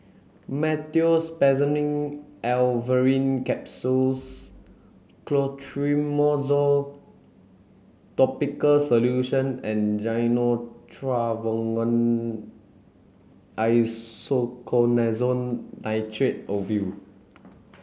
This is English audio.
Meteospasmyl Alverine Capsules Clotrimozole Topical Solution and Gyno Travogen Isoconazole Nitrate Ovule